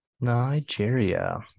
Nigeria